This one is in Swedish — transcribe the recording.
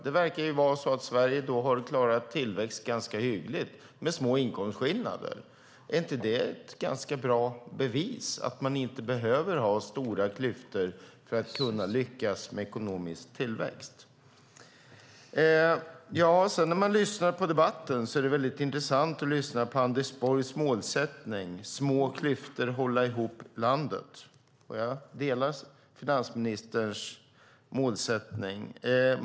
Det verkar vara så att Sverige har klarat tillväxt ganska hyggligt med små inkomstskillnader. Är inte det ett ganska bra bevis för att man inte behöver ha stora klyftor för att kunna lyckas med ekonomisk tillväxt? När man lyssnar på debatten är det intressant att höra Anders Borgs målsättning om små klyftor och att hålla ihop landet. Jag delar finansministerns målsättning.